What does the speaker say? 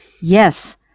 Yes